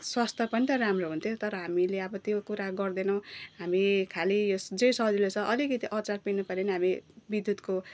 स्वास्थ्य पनि त राम्रो हुन्थ्यो तर हामीले अब त्यो कुरा गर्दैनौँ हामी खालि जे सजिलो छ अलिकति अचार पिँध्नु पऱ्यो भने हामी विद्युतको